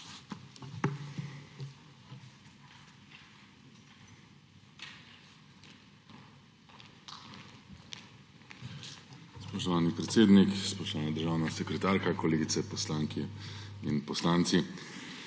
Spoštovani predsednik, spoštovana državna sekretarka, kolegice poslanke in poslanci!